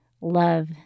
love